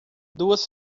duas